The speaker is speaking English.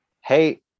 hey